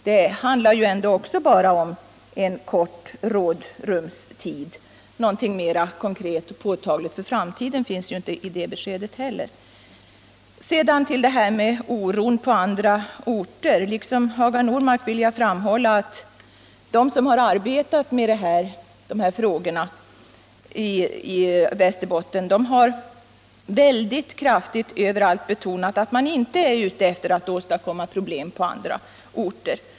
Det handlar ju bara om en kort rådrumstid, något mera konkret och påtagligt för framtiden finns inte i det beskedet heller. Sedan till detta med oron på andra orter. Liksom Hagar Normark vill jag framhålla att de som har arbetat med dessa frågor i Västerbotten har överallt mycket kraftigt betonat att man inte är ute efter att åstadkomma problem på andra orter.